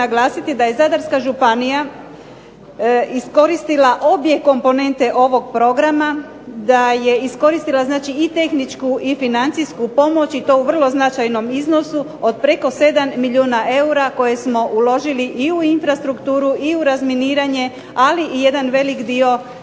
da je Zadarska županija iskoristila obje komponente ovog programa, da je iskoristila i tehničku i financijsku pomoć i to u vrlo značajnom iznosu od preko 7 milijuna eura koje smo uložili i u infrastrukturu i u razminiranje, ali jedan veliki dio znači